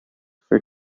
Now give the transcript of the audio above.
for